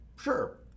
sure